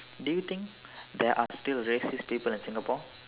do you think there are still racist people in Singapore